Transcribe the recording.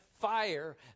fire